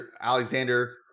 Alexander